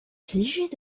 plijet